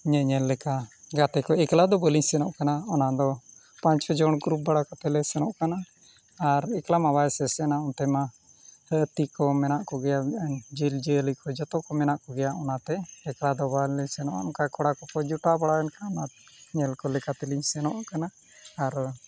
ᱧᱮᱧᱮᱞ ᱞᱮᱠᱟ ᱡᱟᱛᱮ ᱫᱚ ᱮᱠᱞᱟ ᱠᱚ ᱵᱟᱹᱞᱤᱧ ᱥᱮᱱᱚᱜ ᱠᱟᱱᱟ ᱚᱱᱟᱫᱚ ᱯᱟᱸᱪ ᱪᱷᱚ ᱡᱚᱱ ᱜᱨᱩᱯ ᱵᱟᱲᱟ ᱠᱟᱛᱮᱫ ᱞᱮ ᱥᱮᱱᱚᱜ ᱠᱟᱱᱟ ᱟᱨ ᱮᱠᱞᱟ ᱢᱟ ᱵᱟᱭ ᱥᱮᱥᱮᱱᱟ ᱚᱱᱛᱮ ᱢᱟ ᱦᱟᱹᱛᱤ ᱠᱚ ᱢᱮᱱᱟᱜ ᱠᱚᱜᱮᱭᱟ ᱡᱤᱵᱽ ᱡᱤᱭᱟᱹᱞᱤ ᱠᱚ ᱡᱚᱛᱚ ᱠᱚ ᱢᱮᱱᱟᱜ ᱠᱚᱜᱮᱭᱟ ᱚᱱᱟᱛᱮ ᱮᱠᱞᱟ ᱫᱚ ᱵᱟᱞᱮ ᱥᱮᱱᱚᱜᱼᱟ ᱚᱱᱠᱟ ᱠᱚᱲᱟ ᱠᱚᱠᱚ ᱡᱚᱴᱟᱣ ᱵᱟᱲᱟᱭᱮᱱ ᱠᱷᱟᱱ ᱚᱱᱟᱠᱚ ᱧᱮᱞ ᱠᱚ ᱞᱮᱠᱟ ᱛᱮᱞᱤᱧ ᱥᱮᱱᱚᱜ ᱠᱟᱱᱟ ᱟᱨ